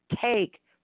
take